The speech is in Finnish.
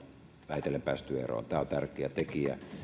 vähitellen päästy eroon on tärkeä tekijä